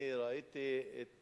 תודה, אני ראיתי את